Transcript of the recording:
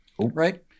right